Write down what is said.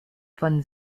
von